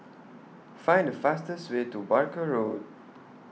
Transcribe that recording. Find The fastest Way to Barker Road